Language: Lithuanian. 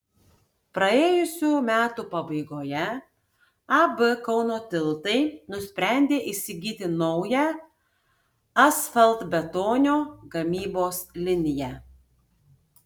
praėjusių metų pabaigoje ab kauno tiltai nusprendė įsigyti naują asfaltbetonio gamybos liniją